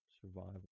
survival